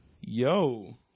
Yo